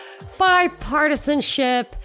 bipartisanship